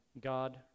God